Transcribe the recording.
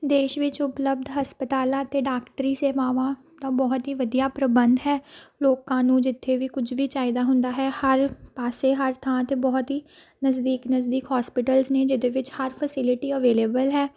ਦੇਸ਼ ਵਿੱਚ ਉਪਲਬਧ ਹਸਪਤਾਲਾਂ ਅਤੇ ਡਾਕਟਰੀ ਸੇਵਾਵਾਂ ਦਾ ਬਹੁਤ ਹੀ ਵਧੀਆ ਪ੍ਰਬੰਧ ਹੈ ਲੋਕਾਂ ਨੂੰ ਜਿੱਥੇ ਵੀ ਕੁਝ ਵੀ ਚਾਹੀਦਾ ਹੁੰਦਾ ਹੈ ਹਰ ਪਾਸੇ ਹਰ ਥਾਂ 'ਤੇ ਬਹੁਤ ਹੀ ਨਜ਼ਦੀਕ ਨਜ਼ਦੀਕ ਹੋਸਪਿਟਲਸ ਨੇ ਜਿਹਦੇ ਵਿੱਚ ਹਰ ਫਸੀਲਿਟੀ ਅਵੇਲੇਬਲ ਹੈ